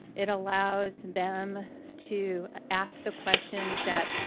it allows them to ask the questions that